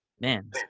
man